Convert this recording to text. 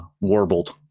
warbled